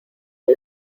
que